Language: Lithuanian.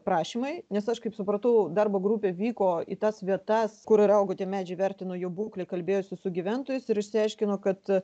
prašymai nes aš kaip supratau darbo grupė vyko į tas vietas kur ir augo tie medžiai vertino jų būklę kalbėjosi su gyventojais ir išsiaiškino kad